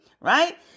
Right